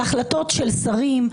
בהחלטות של שרים,